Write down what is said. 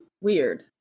Weird